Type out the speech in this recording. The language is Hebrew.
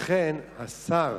לכן השר